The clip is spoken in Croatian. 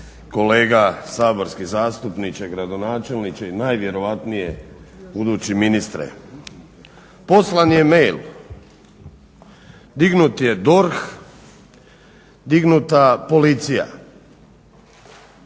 kolega saborski zastupniče, gradonačelniče i najvjerojatnije budući ministre. Poslan je e-mail, dignut je DORH, dignuta policija.